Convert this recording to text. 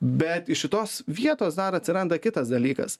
bet iš šitos vietos dar atsiranda kitas dalykas